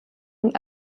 und